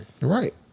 Right